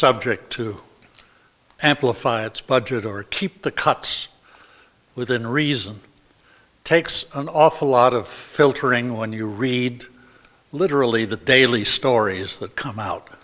subject to amplify its budget or to keep the cuts within reason takes an awful lot of filtering when you read literally that daily stories that come out